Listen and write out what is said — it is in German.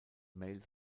mail